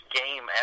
game